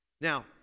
Now